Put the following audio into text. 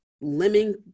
lemon